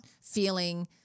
feeling